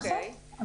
נכון.